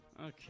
Okay